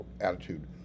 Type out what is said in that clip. attitude